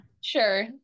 Sure